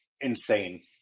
insane